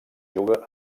juga